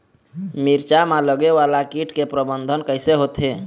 मिरचा मा लगे वाला कीट के प्रबंधन कइसे होथे?